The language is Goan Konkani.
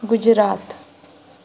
गुजरात